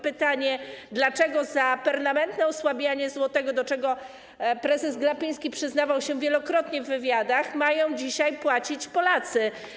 Pytanie, dlaczego za permanentne osłabianie złotego, do czego prezes Glapiński przyznawał się wielokrotnie w wywiadach, mają dzisiaj płacić Polacy.